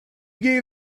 gave